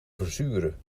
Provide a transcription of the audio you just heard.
verzuren